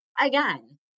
Again